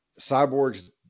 Cyborg's